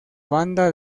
banda